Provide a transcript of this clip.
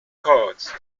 cards